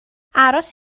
aros